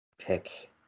pick